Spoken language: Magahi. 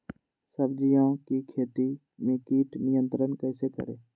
सब्जियों की खेती में कीट नियंत्रण कैसे करें?